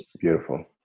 Beautiful